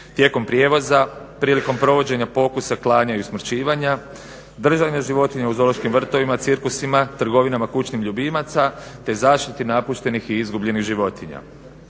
tijekom prijevoza, prilikom provođenja pokusa, klanja i usmrćivanja, državanja životinja u zoološkim vrtovima, cirkusima, trgovinama, kućnim ljubimaca te zaštiti napuštenih i izgubljenih životinja.